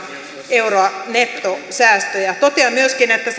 euroa nettosäästöjä totean myöskin että